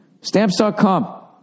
stamps.com